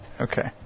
okay